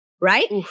Right